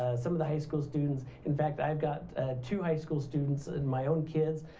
ah some of the high school students in fact, i've got two high school students in my own kids.